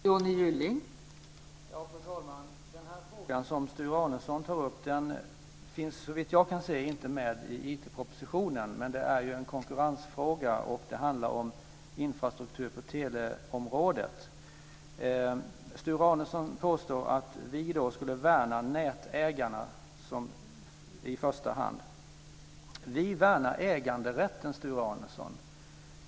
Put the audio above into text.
Fru talman! Den fråga som Sture Arnesson tar upp finns såvitt jag kan se inte med i IT propositionen. Men det är ju en konkurrensfråga, och det handlar om infrastruktur på teleområdet. Sture Arnesson påstår att vi skulle värna nätägarna i första hand. Vi värnar äganderätten.